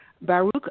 Baruch